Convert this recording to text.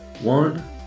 One